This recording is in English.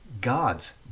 God's